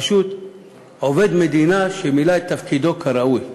פשוט עובד מדינה שמילא את תפקידו כראוי.